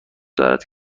دارد